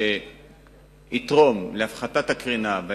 שיתרום להפחתת הקרינה,